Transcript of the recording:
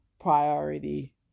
priority